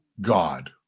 God